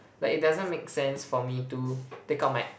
like it doesn't make sense for me to take out my